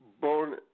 born